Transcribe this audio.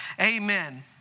Amen